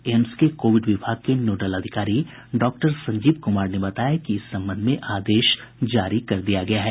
AIIMS के Covid विभाग के नोडल अधिकारी डॉक्टर संजीव कुमार ने बताया कि इस संबंध में आदेश जारी कर दिया गया है